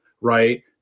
right